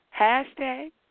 hashtag